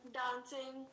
dancing